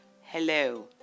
hello